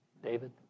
David